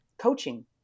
coaching